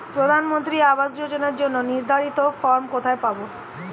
প্রধানমন্ত্রী আবাস যোজনার জন্য নির্ধারিত ফরম কোথা থেকে পাব?